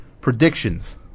predictions